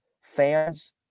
fans